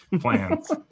plans